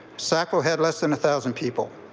sackville had less than a thousand people.